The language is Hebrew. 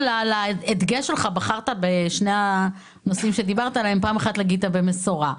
בחרת בשני הנושאים שדיברת עליהם, אמרת מסורה.